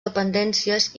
dependències